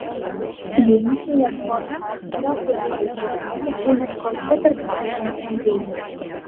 vienišiai ieškos partnerio kuriam reikėtų ne tik kūniškos bet ir dvasinės bendrystės